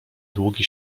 długi